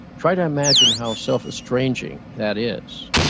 try to imagine how self estranging that is.